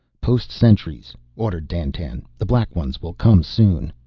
post sentries, ordered dandtan. the black ones will come soon.